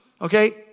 okay